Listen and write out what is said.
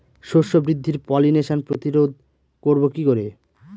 শস্য বৃদ্ধির পলিনেশান প্রতিরোধ করব কি করে?